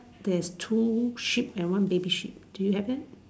there's two sheep and one baby sheep do you have that